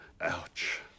Ouch